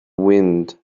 wind